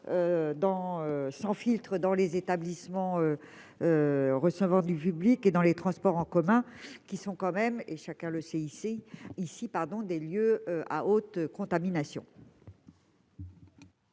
sans filtre dans les établissements recevant du public et dans les transports en commun, qui sont, chacun ici le sait, des lieux à haute contamination.